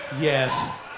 Yes